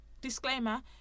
disclaimer